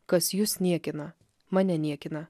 kas jus niekina mane niekina